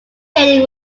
painting